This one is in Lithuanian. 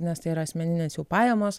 nes tai yra asmeninės jų pajamos